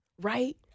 right